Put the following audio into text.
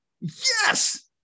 yes